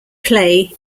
play